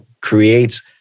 creates